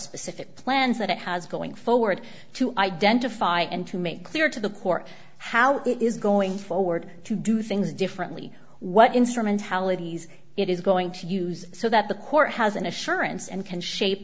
specific plans that it has going forward to identify and to make clear to the court how it is going forward to do things differently what instrumentalities it is going to use so that the court has an assurance and can shape